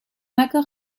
accord